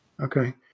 Okay